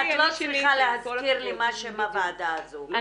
את לא צריכה להזכיר מה שם הוועדה הזו,